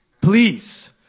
Please